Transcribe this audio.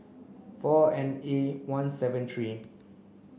four N A one seven three